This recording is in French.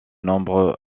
nombreux